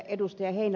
vaikka ed